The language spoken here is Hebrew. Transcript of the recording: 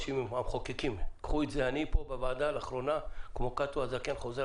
לאחרונה אני כאן בוועדה, כמו קאטו הזקן חוזר